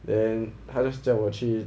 then 他 just 叫我去